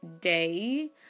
day